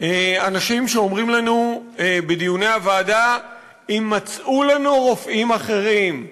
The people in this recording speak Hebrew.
אנשים שאומרים לנו בדיוני הוועדה: יימצאו לנו רופאים אחרים.